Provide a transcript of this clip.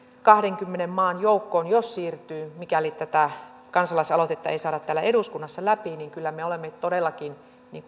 kahdenkymmenen maan joukkoon jos siirtyy mikäli tätä kansalaisaloitetta ei saada täällä eduskunnassa läpi niin kyllä me olemme todellakin